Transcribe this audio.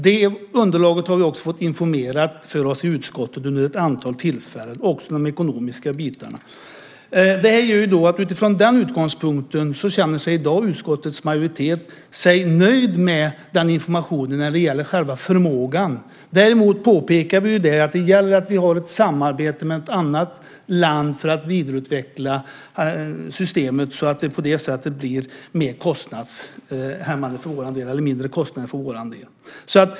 Det underlaget har vi också fått informerat om för oss i utskottet vid ett antal tillfällen, också de ekonomiska bitarna. Utifrån den utgångspunkten känner sig i dag utskottets majoritet nöjd med informationen när det gäller själva frågan. Däremot påpekar vi att det gäller att vi har ett samarbete med ett annat land för att vidareutveckla systemet så att det på det sättet blir mindre kostnader för vår del.